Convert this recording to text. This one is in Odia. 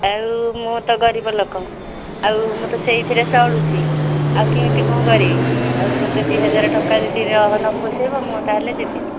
ଆଉ ମୁଁ ତ ଗରିବ ଲୋକ ଆଉ ମୁଁ ତ ସେହିଥିରେ ଚଳୁଛି ଆଉ କେମିତି କ'ଣ କରିବି ଆଉ ମୋତେ ଦୁଇ ହଜାର ଟଙ୍କାରେ ନ ପୋଷାଇବ ମୁଁ ତା'ହେଲେ ଯିବିନି